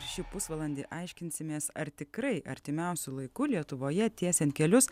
šį pusvalandį aiškinsimės ar tikrai artimiausiu laiku lietuvoje tiesiant kelius